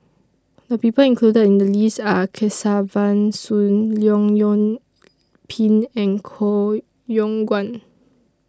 The People included in The list Are Kesavan Soon Leong Yoon Pin and Koh Yong Guan